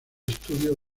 estudios